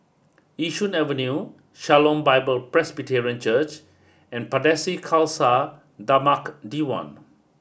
Yishun Avenue Shalom Bible Presbyterian Church and Pardesi Khalsa Dharmak Diwan